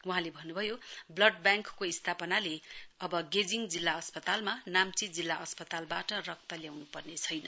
वहाँले भन्न्भयो ब्लड ब्याङ्कको स्थापनाले अब गेजिङ जिल्ला अस्पतालमा नाम्ची जिल्ली अस्पतालबाट रक्त ल्याउनु पर्ने छैन